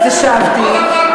אז השבתי,